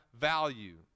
value